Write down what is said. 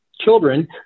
children